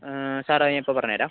sir അത് ഞാൻ ഇപ്പം പറഞ്ഞുതരാം